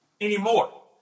anymore